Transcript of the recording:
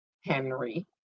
Henry